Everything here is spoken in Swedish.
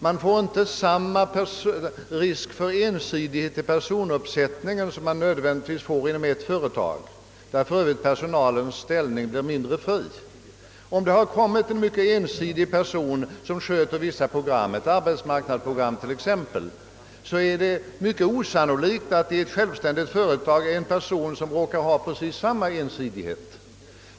Det blir då inte samma risk för ensidighet i programmen som kan inträffa när det finns endast ett företag, där för övrigt personalens ställning blir mindre fri. Om det är en mycket ensidig person som sköter vissa program, t.ex. ett arbetsmarknadsprogram, är det mycket osannolikt att i ett annat självständigt företag motsvarande program skulle skötas av en person med precis samma slag av ensidighet.